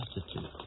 substitute